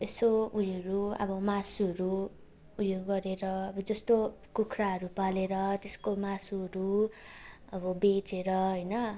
यसो उयोहरू अब मासुहरू उयो गरेर जस्तो कुखुराहरू पालेर त्यस्को मासुहरू अब बेचेर होइन